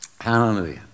Hallelujah